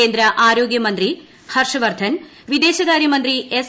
കേന്ദ്ര ആരോഗ്യമന്ത്രി ഹർഷ്ചൂർദ്ധൻ വിദേശകാര്യമന്ത്രി എസ്